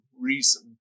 reason